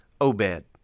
Obed